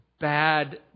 bad